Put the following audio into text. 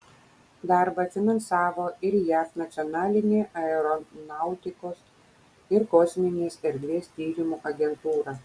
darbą finansavo ir jav nacionalinė aeronautikos ir kosminės erdvės tyrimų agentūra